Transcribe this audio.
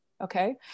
okay